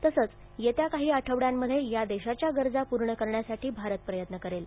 तसंच येत्या काही आठवड्यांमध्ये या देशाच्या गरजा पूर्ण करण्यासाठी भारत प्रयत्न करेल